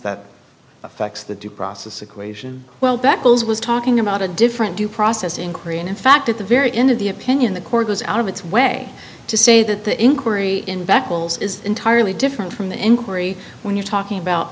that affects the due process equation well beccles was talking about a different due process in korea and in fact at the very end of the opinion the court was out of its way to say that the inquiry invectives is entirely different from the inquiry when you're talking about